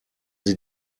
sie